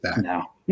No